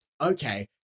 okay